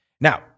Now